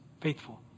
faithful